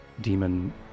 demon